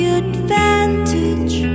advantage